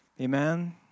Amen